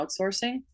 outsourcing